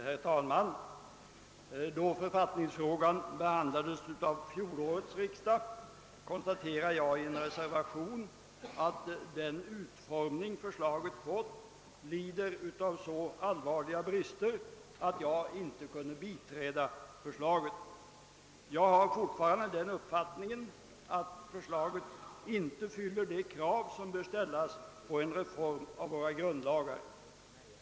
Herr talman! Då författningsfrågan behandlades vid fjolårets riksdag konstaterade jag i en reservation att den utformning förslaget fått led av så allvarliga brister att jag inte kunde biträda förslaget. Jag har fortfarande den uppfattningen att det inte uppfyller de krav som bör ställas på en reform av våra grundlagar.